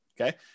okay